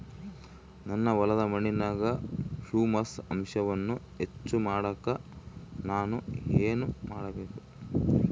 ನನ್ನ ಹೊಲದ ಮಣ್ಣಿನಾಗ ಹ್ಯೂಮಸ್ ಅಂಶವನ್ನ ಹೆಚ್ಚು ಮಾಡಾಕ ನಾನು ಏನು ಮಾಡಬೇಕು?